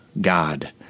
God